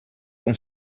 com